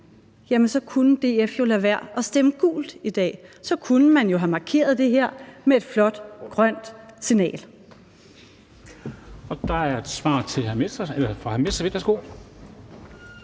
jamen så kunne DF jo lade være med at stemme gult i dag. Så kunne man jo have markeret det her med et flot, grønt signal. Kl. 13:37 Formanden